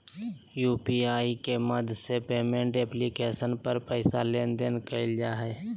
UPI के मदद से पेमेंट एप्लीकेशन पर पैसा लेन देन कइल जा हइ